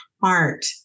heart